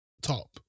top